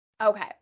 okay